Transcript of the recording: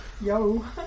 Yo